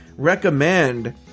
Recommend